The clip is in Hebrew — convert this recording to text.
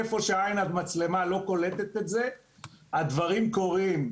איפה שעין המצלמה לא קולטת את זה הדברים קורים.